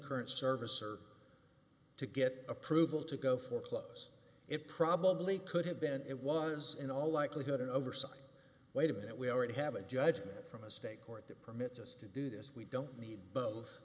current service or to get approval to go foreclose it probably could have been it was in all likelihood an oversight wait a minute we already have a judgment from a state court that permits us to do this we don't need both